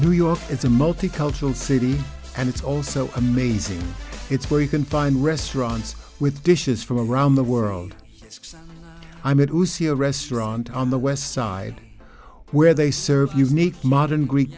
new york is a multicultural city and it's also amazing it's where you can find restaurants with dishes from around the world i'm at a restaurant on the west side where they serve unique modern greek